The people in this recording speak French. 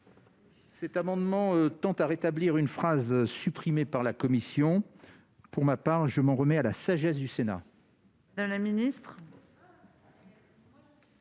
Cet amendement tend à rétablir une phrase supprimée par la commission. Pour ma part, je m'en remets à la sagesse du Sénat. Quel est